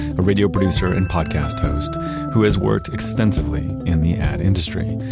a radio producer and podcast host who has worked extensively in the ad industry.